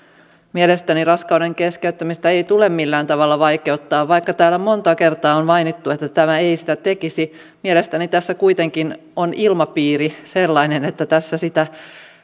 mielestäni raskauden keskeyttämistä ei ei tule millään tavalla vaikeuttaa vaikka täällä monta kertaa on mainittu että tämä ei sitä tekisi mielestäni tässä kuitenkin on ilmapiiri sellainen että